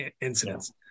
incidents